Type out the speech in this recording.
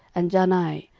and jaanai,